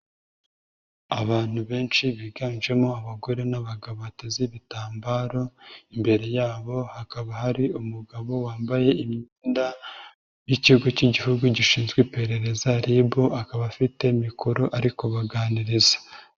Abantu benshi biganjemo abagore n'abagabo bateze ibitambaro, imbere yabo hakaba hari umugabo wambaye imyenda y'ikigo k'Igihugu gishinzwe iperereza RIB, akaba afite mikoro ari kubaganiriza.